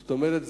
זאת אומרת,